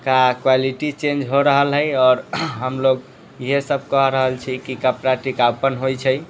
का quality change हो रहल है आओर हमलोग इहे सब कहि रहल छी की कपड़ाके टिकाऊपन होइ छै